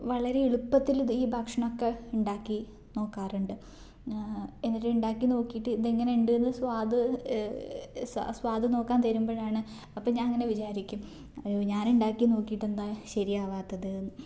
വളരെ എളുപ്പത്തിൽ ഇത് ഈ ഭക്ഷണം ഒക്കെ ഉണ്ടാക്കി നോക്കാറുണ്ട് എന്നിട്ട് ഉണ്ടാക്കി നോക്കിയിട്ട് ഇത് എങ്ങനുണ്ടെന്ന് സ്വാദ് സ്വ സ്വാദ് നോക്കാൻ തരുമ്പോഴാണ് അപ്പം ഞാൻ ഇങ്ങനെ വിചാരിക്കും അയ്യോ ഞാൻ ഉണ്ടാക്കി നോക്കിയിട്ടെന്താ ശരിയാവാത്തതെന്ന്